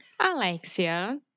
Alexia